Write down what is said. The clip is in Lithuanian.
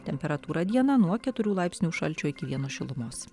temperatūra dieną nuo keturių laipsnių šalčio iki vieno šilumos